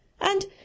And